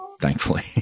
thankfully